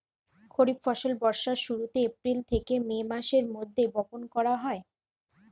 খরিফ ফসল বর্ষার শুরুতে, এপ্রিল থেকে মে মাসের মধ্যে বপন করা হয়